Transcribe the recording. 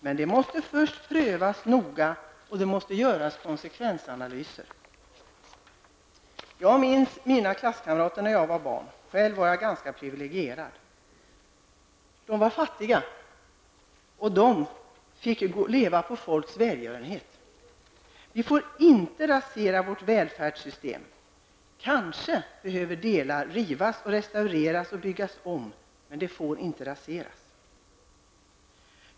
Men först behövs det en noggrann prövning. Dessutom måste konsekvensanalyser göras. Jag minns mina klasskamrater från barndomen -- själv var jag ganska priviligerad -- vilka var fattiga. De var beroende av folks välgörenhet. Vi får inte rasera vårt välfärdssystem. Kanske behöver delar rivas, restaureras och byggas om. Men välfärdssystemet får för den skull inte raseras.